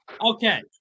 Okay